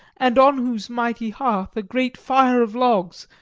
and on whose mighty hearth a great fire of logs,